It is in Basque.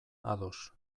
ados